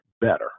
better